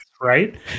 right